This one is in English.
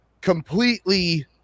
completely